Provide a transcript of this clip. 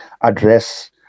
address